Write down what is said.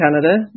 Canada